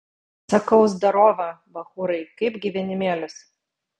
sakau zdarova bachūrai kaip gyvenimėlis